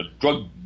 drug